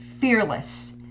fearless